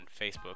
Facebook